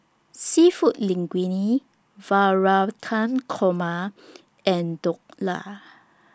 Seafood Linguine Navratan Korma and Dhokla